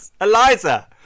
Eliza